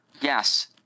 yes